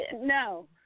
no